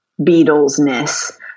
Beatles-ness